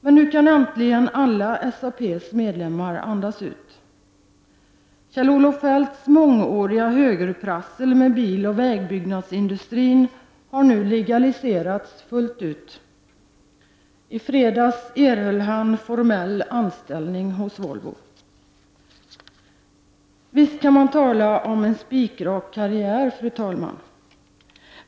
Men äntligen kan alla SAPs medlemmar andas ut. Kjell-Olofs Feldts mångåriga högerprassel med biloch vägbyggnadsindustrin har nu legaliserats fullt ut. I fredags erhöll han formell anställning hos Volvo. Visst kan man tala om en spikrak karriär, fru talman!